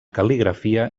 cal·ligrafia